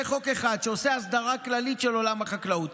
זה חוק אחד שעושה הסדרה כללית של עולם החקלאות.